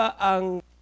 ang